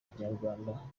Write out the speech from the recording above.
kinyarwanda